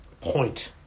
point